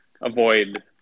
avoid